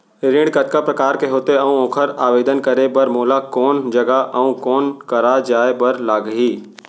ऋण कतका प्रकार के होथे अऊ ओखर आवेदन करे बर मोला कोन जगह अऊ कोन करा जाए बर लागही?